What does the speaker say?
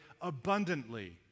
abundantly